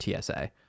TSA